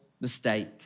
mistake